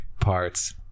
parts